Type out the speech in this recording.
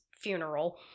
funeral